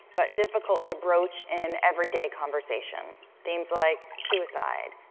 but difficult to broach in everyday conversation themes like suicide,